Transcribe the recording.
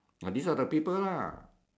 but these are the people lah